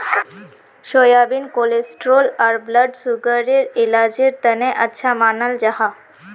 soybean cholesterol आर blood सुगरर इलाजेर तने अच्छा मानाल जाहा